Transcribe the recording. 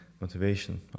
motivation